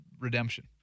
redemption